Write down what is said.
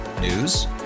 News